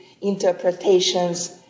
interpretations